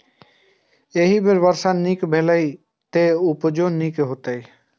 एहि बेर वर्षा नीक भेलैए, तें उपजो नीके हेतै